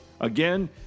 Again